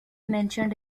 mentioned